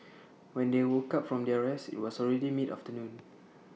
when they woke up from their rest IT was already midafternoon